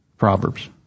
Proverbs